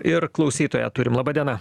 ir klausytoją turim laba diena